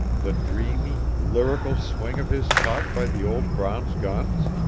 the dreamy, lyrical swing of his talk by the old bronze guns?